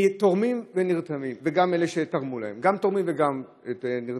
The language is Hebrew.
מתורמים וגם אלה שתרמו להם, גם תורמים וגם אלה